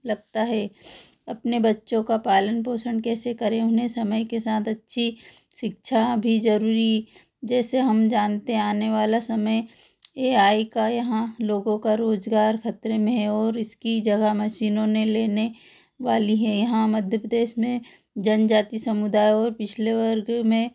लगता है अपने बच्चों का पालन पोषण कैसे करें उन्हें समय के साथ अच्छी शिक्षा भी ज़रूरी जैसे हम जानते हैं आने वाला समय ए आई का यहाँ लोगों का रोज़गार खतरे में है और इसकी जगह मशीनों ने लेने वाली है यहाँ मध्य प्रदेश में जनजाति समुदाय और पिछड़े वर्ग में